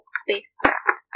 spacecraft